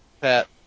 Pat